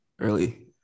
early